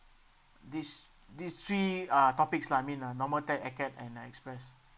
these these three uh topics lah I mean uh normal tech acad~ and uh express